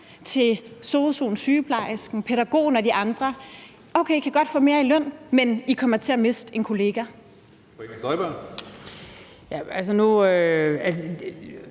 til sosu'en, sygeplejersken, pædagogen og de andre: Du kan godt få mere i løn, men du kommer til at miste en kollega.